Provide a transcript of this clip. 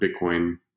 Bitcoin